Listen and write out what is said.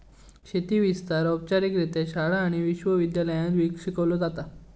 शेती विस्तार औपचारिकरित्या शाळा आणि विश्व विद्यालयांत शिकवलो जाता